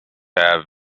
have